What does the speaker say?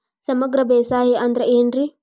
ಸಮಗ್ರ ಬೇಸಾಯ ಅಂದ್ರ ಏನ್ ರೇ?